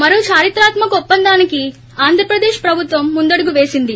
మరో దారిత్రాత్మక ఒప్పందానికి ఆంధ్రప్రదేశ్ ప్రభుత్వం ముందడుగు పేసింది